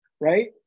right